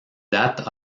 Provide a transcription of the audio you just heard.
date